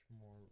more